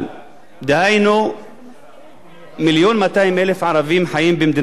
דהיינו 1.2 מיליון ערבים חיים במדינת ישראל,